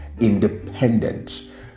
independent